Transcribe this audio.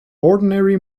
ordinary